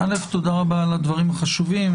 תודה רבה על הדברים החשובים.